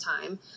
time